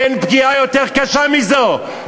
אין פגיעה יותר קשה מזאת.